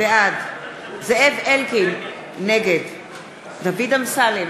בעד זאב אלקין, נגד דוד אמסלם,